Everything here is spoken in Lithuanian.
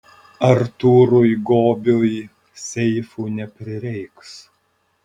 artūrui gobiui seifų neprireiks